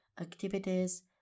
activities